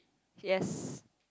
yes